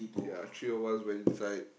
ya three of us went inside